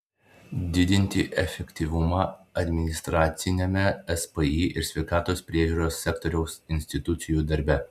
didinti efektyvumą administraciniame spį ir sveikatos priežiūros sektoriaus institucijų darbe